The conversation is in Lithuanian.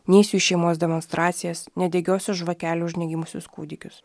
neisiu į šeimos demonstracijas nedegiosios žvakelių už negimusius kūdikius